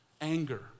anger